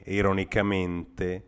ironicamente